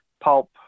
pulp